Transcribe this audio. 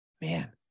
man